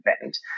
event